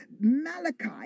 Malachi